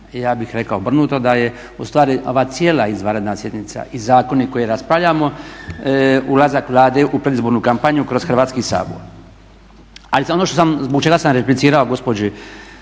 ja bih rekao obrnuto da je ustvari ova cijela izvanredna sjednica i zakoni koje raspravljamo ulazak Vlade u predizbornu kampanju kroz Hrvatski sabor. Ali ono zbog čega sam replicirao gospođi